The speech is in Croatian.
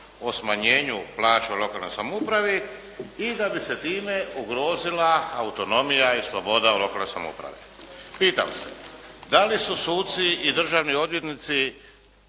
o smanjenju plaća u lokalnoj samoupravi i ta bi se time ugrozila autonomija i sloboda u lokalnoj samoupravi. Pitam se da li su suci i državni odvjetnici